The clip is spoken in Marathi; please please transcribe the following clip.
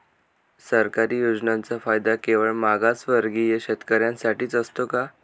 सरकारी योजनांचा फायदा केवळ मागासवर्गीय शेतकऱ्यांसाठीच असतो का?